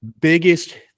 biggest